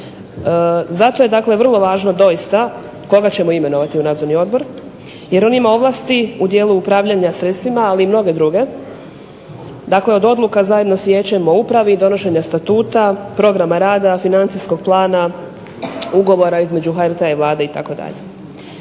Zato je vrlo važno koga ćemo imenovati u nadzorni odbor jer oni ima ovlasti u dijelu upravljanja sredstvima ali i mnoge druge. Od odluka zajedno s Vijećem, o upravi, donošenja Statuta, programa rada, financijskog plana, ugovora između HRT-a i Vlade itd.